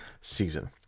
season